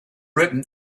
written